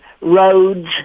Roads